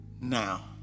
now